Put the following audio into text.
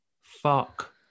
Fuck